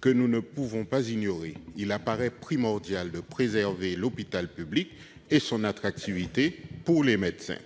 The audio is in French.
que nous ne pouvons pas ignorer. Il apparaît primordial de préserver l'hôpital public et son attractivité pour les médecins.